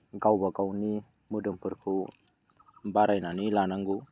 गावबा गावनि मोदोमफोरखौ बारायनानै लानांगौ